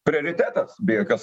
prioritetas be jokios